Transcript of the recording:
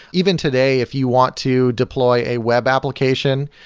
even today, if you want to deploy a web application,